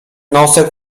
nosek